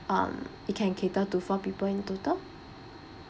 um it can cater to four people in total